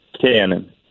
Cannon